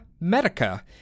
Medica